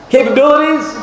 Capabilities